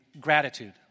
gratitude